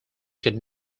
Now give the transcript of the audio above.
could